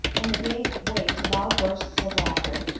and they gave way to loud bursts of laughter,